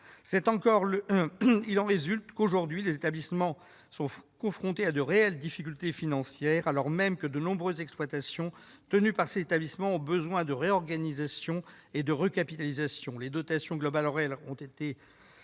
De ce fait, aujourd'hui, les établissements sont confrontés à de réelles difficultés financières, alors même que de nombreuses exploitations tenues par ces établissements ont besoin de réorganisation et de recapitalisation. Les dotations globales horaires qui ont diminué